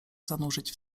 zanurzyć